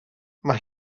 mae